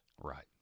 Right